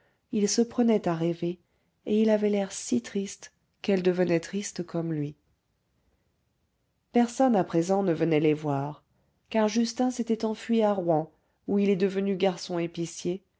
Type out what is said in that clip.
il se prenait à rêver et il avait l'air si triste qu'elle devenait triste comme lui personne à présent ne venait les voir car justin s'était enfui à rouen où il est devenu garçon épicier